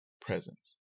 presence